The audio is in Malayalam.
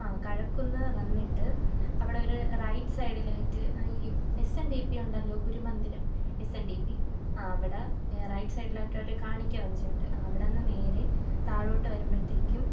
ആ കഴക്കുന്ന് വന്നിട്ട് അവിടെ ഒരു റൈറ്റ് സൈഡിലായിട്ട് ഈ എസ് എൻ ഡി പി ഉണ്ടല്ലോ ഗുരുമന്ദിരം എസ് എൻ ഡി പി ആ അവിടെ റൈറ്റ് സൈഡിലായിട്ട് ഒരു കാണിക്കവഞ്ചി ഉണ്ട് ആ അവിടെന്ന് നേരെ താഴോട്ടു വരുമ്പോഴ്ത്തേക്കും